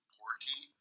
Porky